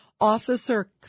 Officer